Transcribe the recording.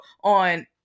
on